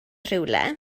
rhywle